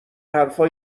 حرفا